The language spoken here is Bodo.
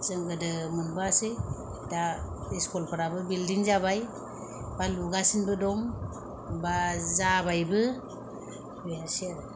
जों गोदो मोनबोयासै दा एस्कुलफोराबो बिल्डिं जाबाय बा लुगासिनोबो दं बा जाबायबो बेनोसै आरो